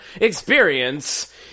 experience